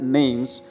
names